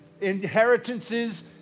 inheritances